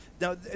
now